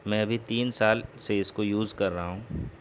میں ابھی تین سال سے اس کو یوز کر رہا ہوں